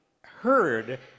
heard